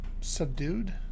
subdued